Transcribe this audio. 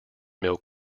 mill